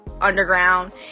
underground